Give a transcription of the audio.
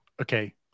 Okay